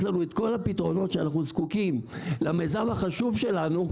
לנו את כל הפתרונות שאנחנו זקוקים למיזם החשוב שלנו,